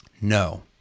No